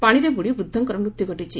ପାଶିରେ ବୁଡି ବୃଦ୍ଧଙ୍କ ମୃତ୍ୟୁ ଘଟିଛି